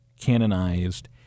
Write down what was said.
canonized